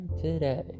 today